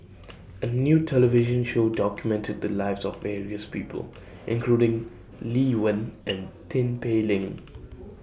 A New television Show documented The Lives of various People including Lee Wen and Tin Pei Ling